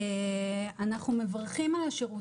אנחנו מברכים על השירות.